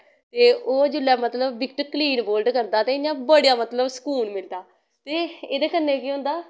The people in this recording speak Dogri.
ते ओह् जिसलै मतलव बिक्ट कलीन बोलड करदा ते इ'यां बड़ा मतलव सकून मिलदा ते एह्दे कन्ने केह् होंदा